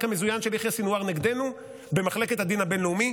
המזוין של יחיא סנוואר נגדנו במחלקת הדין הבין-לאומי,